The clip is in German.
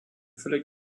völlig